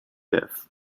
death